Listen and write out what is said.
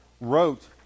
wrote